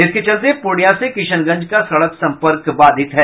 इसके चलते पूर्णियां से किशनगंज का सड़क सम्पर्क बाधित है